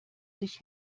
sich